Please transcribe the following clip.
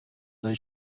they